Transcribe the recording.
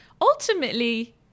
ultimately